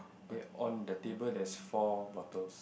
okay on the table there's four bottles